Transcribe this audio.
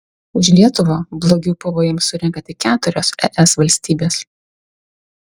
už lietuvą blogiau pvm surenka tik keturios es valstybės